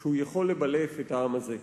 שהוא יכול לבלף את העם הזה?